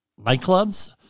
nightclubs